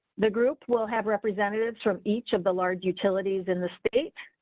the group will have representatives from each of the large utilities in the state.